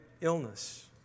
illness